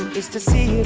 is to see